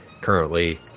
currently